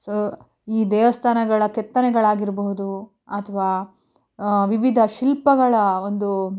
so ಈ ದೇವಸ್ಥಾನಗಳ ಕೆತ್ತನೆಗಳಾಗಿರ್ಬಹುದು ಅಥವಾ ವಿವಿಧ ಶಿಲ್ಪಗಳ ಒಂದು